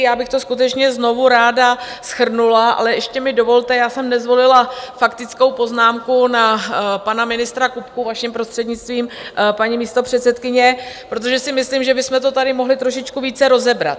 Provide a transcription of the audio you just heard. Já bych to skutečně znovu ráda shrnula, ale ještě mi dovolte já jsem nezvolila faktickou poznámku na pana ministra Kupku, vaším prostřednictvím, paní místopředsedkyně, protože si myslím, že bychom to tady mohli trošičku více rozebrat.